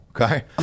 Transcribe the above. Okay